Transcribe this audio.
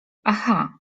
aha